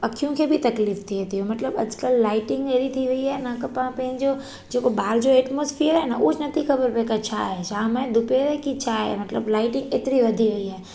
अखियुनि खे बि तकलीफ़ थिए थी मतलबु अॼुकल्ह लाइटिंग अहिड़ी थी वेई आहे न की पाणु पंहिंजो जेको ॿाहिरि जो एटमोस्फ़िअर आहे न उहो ज नथी ख़बर पिए की छा आहे शाम आहे दोपहर आहे की छा आहे मतलबु लाइटिंग एतिरी वधी आहे